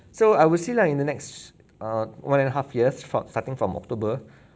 so I will say lah in the next err one and a half years start starting from october